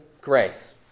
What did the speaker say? grace